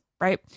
right